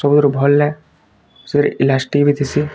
ସବୁର୍ ଭଲ୍ ଲାଗେ ସେଇଠି ଇଲାଷ୍ଟିକ ବି ଥିସି